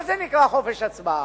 מה זה נקרא חופש הצבעה?